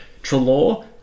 Trelaw